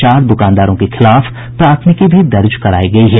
चार दुकानदारों के खिलाफ प्राथमिकी भी दर्ज करायी गयी है